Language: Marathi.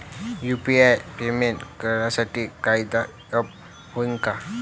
यू.पी.आय पेमेंट करासाठी एखांद ॲप हाय का?